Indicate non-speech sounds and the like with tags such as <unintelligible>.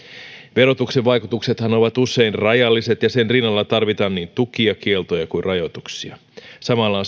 verotuksen vaikutuksethan ovat usein rajalliset ja sen rinnalla tarvitaan niin tukia kieltoja kuin rajoituksia samalla <unintelligible>